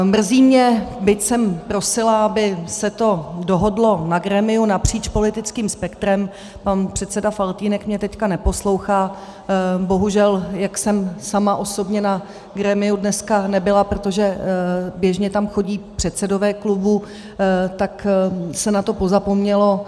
Mrzí mě, byť jsem prosila, aby se to dohodlo na grémiu napříč politickým spektrem pan předseda Faltýnek mě teď neposlouchá bohužel, jak jsem sama osobně na grémiu dneska nebyla, protože běžně tam chodí předsedové klubů, tak se na to pozapomnělo.